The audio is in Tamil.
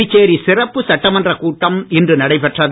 புதுச்சேரி சிறப்பு சட்டமன்றக் கூட்டம் இன்று நடைபெற்றது